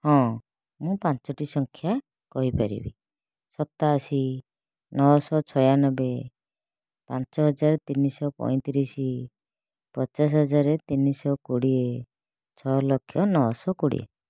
ହଁ ମୁଁ ପାଞ୍ଚଟି ସଂଖ୍ୟା କହିପାରିବି ସତାଅଶି ନଅ ଶହ ଛୟାନବେ ପାଞ୍ଚ ହଜାର ତିନି ଶହ ପଇଁତିରିଶ ପଚାଶ ହଜାର ତିନି ଶହ କୋଡ଼ିଏ ଛଅ ଲକ୍ଷ ନଅ ଶହ କୋଡ଼ିଏ